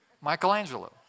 Michelangelo